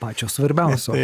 pačio svarbiausio